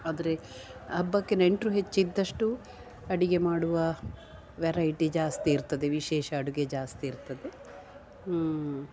ಆದರೆ ಹಬ್ಬಕ್ಕೆ ನೆಂಟರು ಹೆಚ್ಚಿದ್ದಷ್ಟು ಅಡಿಗೆ ಮಾಡುವ ವೆರೈಟಿ ಜಾಸ್ತಿ ಇರ್ತದೆ ವಿಶೇಷ ಅಡುಗೆ ಜಾಸ್ತಿ ಇರ್ತದೆ ಹ್ಞೂ